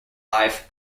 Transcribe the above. alive